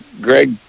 Greg